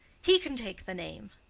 he can take the name.